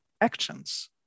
actions